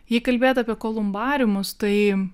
jei kalbėt apie kolumbariumus tai